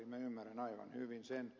minä ymmärrän aivan hyvin sen